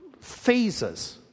phases